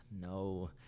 no